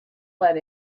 let